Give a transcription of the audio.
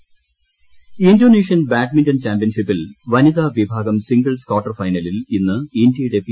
badminton Indonesian badminton ചാമ്പ്യൻഷിപ്പിൽ വനിതാവിഭാഗം singles quarter ഫൈനലിൽ ഇന്ന് ഇന്ത്യയുടെ പി